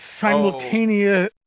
simultaneous